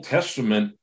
Testament